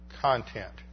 content